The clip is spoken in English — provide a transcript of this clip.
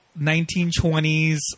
1920s